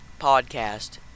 Podcast